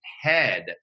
head